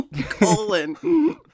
colon